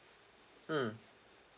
mm